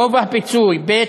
גובה הפיצוי, ב.